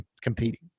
competing